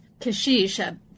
Kashish